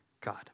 God